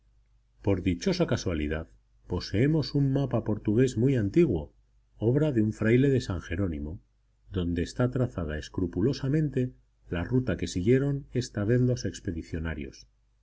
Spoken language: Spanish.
por dichosa casualidad poseemos un mapa portugués muy antiguo obra de un fraile de san jerónimo donde está trazada escrupulosamente la ruta que siguieron esta vez los expedicionarios